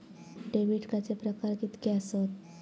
Debit कार्डचे प्रकार कीतके आसत?